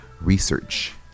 research